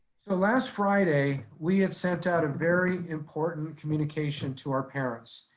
so last friday, we had sent out a very important communication to our parents.